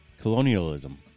colonialism